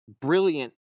brilliant